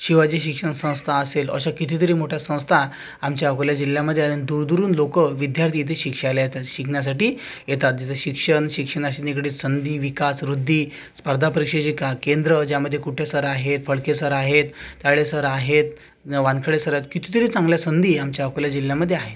शिवाजी शिक्षणसंस्था असेल अशा कितीतरी मोठ्या संस्था आमच्या अकोला जिल्ह्यामध्ये आहेत दूरदूरून लोक विद्यार्थी येथे शिक्षालयात शिकण्यासाठी येतात जिचं शिक्षण शिक्षणाशी निगडित संधी विकास वृद्धी स्पर्धापरीक्षाचे का केंद्रं ज्यामध्ये कुट्टे सर आहेत फडके सर आहेत तायडे सर आहेत वानखडे सर आहेत कितीतरी चांगल्या संधी आमच्या अकोला जिल्ह्यामध्ये आहेत